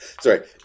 Sorry